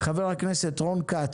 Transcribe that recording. חבר הכנסת רון כץ,